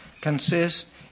consists